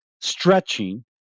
stretching